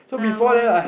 I want